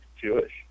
Jewish